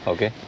Okay